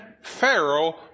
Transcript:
pharaoh